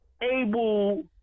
able